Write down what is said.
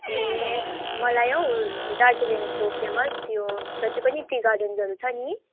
ए मलाई हौ दार्जिलिङको फेमस यो जति पनि टी गार्डन्सहरू छ नि